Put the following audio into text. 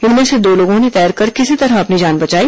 इनमें से दो लोगों ने तैरकर किसी तरह अपनी जान बचाई